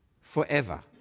forever